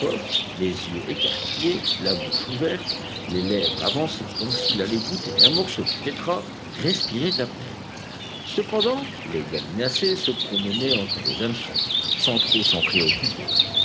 les yeux écarquillés la bouche ouverte les lèvres avancées comme s'il allait goûter un morceau de tétras respirait à peine cependant les gallinacés se promenaient entre les hameçons sans trop s'en préoccuper